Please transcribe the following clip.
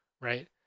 right